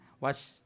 watch